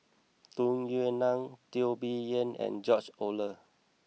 Tung Yue Nang Teo Bee Yen and George Oehlers